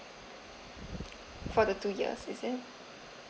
for the two years is it